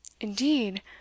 Indeed